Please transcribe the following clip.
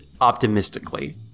optimistically